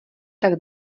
tak